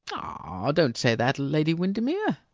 ah, don't say that, lady windermere.